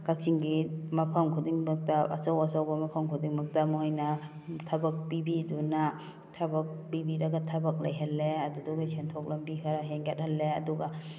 ꯀꯛꯆꯤꯡꯒꯤ ꯃꯐꯝ ꯈꯨꯗꯤꯡꯗ ꯑꯆꯧ ꯑꯆꯧꯕ ꯃꯐꯝ ꯈꯨꯗꯤꯡꯃꯛꯇ ꯃꯣꯏꯅ ꯊꯕꯛ ꯄꯤꯕꯤꯗꯨꯅ ꯊꯕꯛ ꯄꯤꯕꯤꯔꯒ ꯊꯕꯛ ꯂꯩꯍꯜꯂꯦ ꯑꯗꯨꯗꯨꯒ ꯁꯦꯟꯊꯣꯛ ꯂꯝꯕꯤ ꯈꯔ ꯍꯦꯟꯒꯠꯍꯜꯂꯦ ꯑꯗꯨꯒ